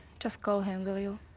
just call him, will you?